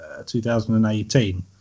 2018